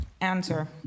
answer